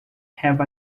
have